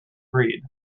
breed